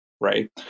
right